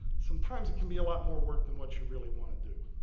sometimes it can be a lot more work than what you really want to do,